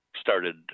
started